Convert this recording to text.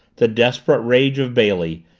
the desperate rage of bailey,